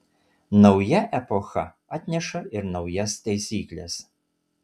nauja epocha atneša ir naujas taisykles